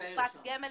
קופות גמל.